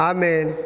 Amen